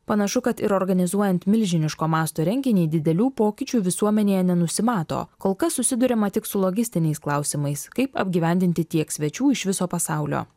panašu kad ir organizuojant milžiniško masto renginį didelių pokyčių visuomenėje nenusimato kol kas susiduriama tik su logistiniais klausimais kaip apgyvendinti tiek svečių iš viso pasaulio